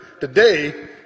Today